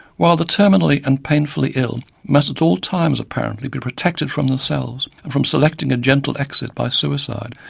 while the terminally and painfully ill must at all times apparently be protected from themselves and from selecting a gentle exit by suicide,